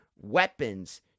weapons